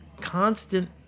constant